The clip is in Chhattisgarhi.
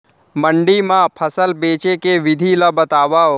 मंडी मा फसल बेचे के विधि ला बतावव?